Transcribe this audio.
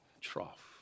trough